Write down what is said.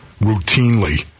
routinely